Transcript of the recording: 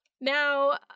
Now